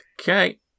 Okay